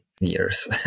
years